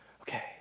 Okay